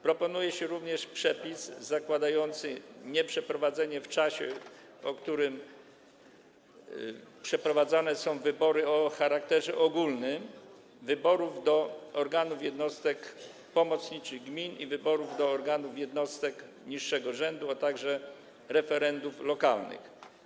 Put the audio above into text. Proponuje się również przepis zakładający nieprzeprowadzanie w czasie, w którym przeprowadzane są wybory o charakterze ogólnym, wyborów do organów jednostek pomocniczych gmin i wyborów do organów jednostek niższego rzędu, a także referendów lokalnych.